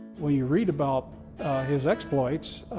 when you read about his exploits,